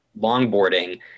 longboarding